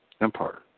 empire